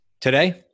Today